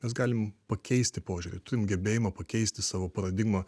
mes galim pakeisti požiūrį turim gebėjimą pakeisti savo paradigmą